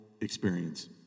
experience